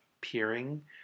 peering